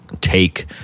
take